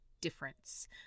difference